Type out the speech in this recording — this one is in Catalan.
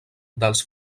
dels